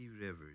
rivers